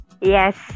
yes